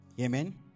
Amen